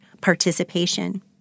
participation